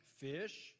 fish